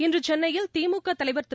இன்று சென்னையில் திமுக தலைவா் திரு